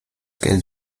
geld